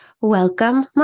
Welcome